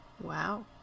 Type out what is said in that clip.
Wow